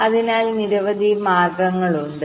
അതിനാൽ നിരവധി മാർഗങ്ങളുണ്ട്